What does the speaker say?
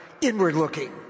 inward-looking